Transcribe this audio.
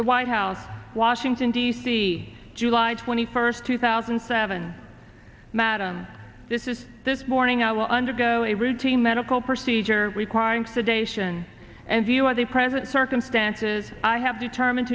the white house washington d c july twenty first two thousand and seven madam this is this morning i will undergo a routine medical procedure requiring sedation and see what they present circumstances i have determined